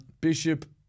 Bishop